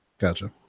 Gotcha